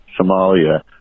Somalia